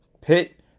Pit